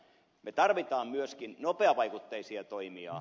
me tarvitsemme myöskin nopeavaikutteisia toimia